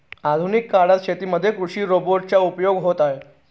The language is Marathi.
आधुनिक काळात शेतीमध्ये कृषि रोबोट चा उपयोग होत आहे